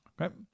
Okay